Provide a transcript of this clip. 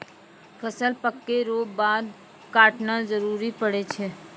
फसल पक्कै रो बाद काटना जरुरी पड़ै छै